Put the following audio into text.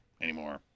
anymore